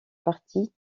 partie